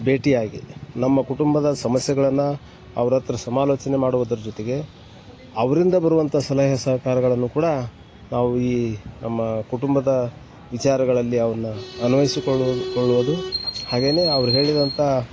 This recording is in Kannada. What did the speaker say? ಭೇಟಿಯಾಗಿ ನಮ್ಮ ಕುಟುಂಬದ ಸಮಸ್ಯೆಗಳನ್ನು ಅವ್ರ ಹತ್ತಿರ ಸಮಾಲೋಚನೆ ಮಾಡುವುದ್ರ ಜೊತೆಗೆ ಅವರಿಂದ ಬರುವಂಥ ಸಲಹೆ ಸಹಕಾರಗಳನ್ನು ಕೂಡ ನಾವು ಈ ನಮ್ಮ ಕುಟುಂಬದ ವಿಚಾರಗಳಲ್ಲಿ ಅವನ್ನು ಅನ್ವಯ್ಸಿಕೊಳ್ಳುವುದು ಕೊಳ್ಳುವುದು ಹಾಗೇ ಅವ್ರು ಹೇಳಿದಂಥ